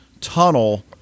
tunnel